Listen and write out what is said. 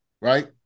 right